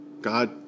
God